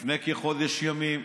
לפני כחודש ימים,